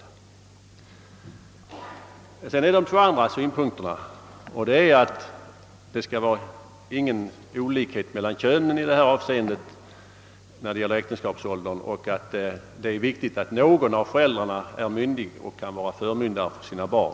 Jag skall därför nu ta upp de två andra synpunkterna, nämligen att det inte skall vara någon olikhet mellan könen i fråga om äktenskapsåldern och att det är viktigt att någon av föräldrarna är myndig och kan vara förmyndare för sina barn.